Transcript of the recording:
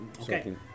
okay